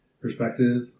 perspective